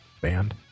band